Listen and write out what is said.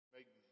Make